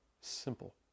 Simple